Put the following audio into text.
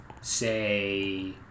say